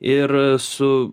ir su